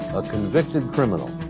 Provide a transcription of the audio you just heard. a convicted criminal.